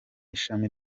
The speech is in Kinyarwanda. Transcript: ishami